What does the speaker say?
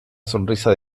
sonrisa